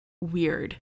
weird